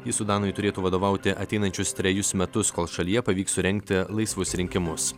ji sudanui turėtų vadovauti ateinančius trejus metus kol šalyje pavyks surengti laisvus rinkimus